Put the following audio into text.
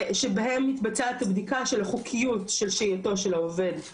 שבהם מתבצעת הבדיקה של החוקיות של שהייתו של העובד הזר,